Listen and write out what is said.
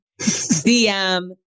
DM